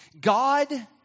God